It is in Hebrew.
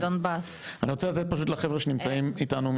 אני רוצה פשוט לתת לחבר'ה שנמצאים איתנו,